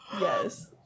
Yes